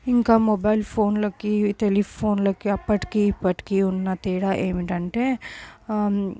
ఇంకా మొబైల్ ఫోన్లకీ టెలిఫోన్లకి అప్పటికి ఇప్పటికీ ఉన్న తేడా ఏమిటంటే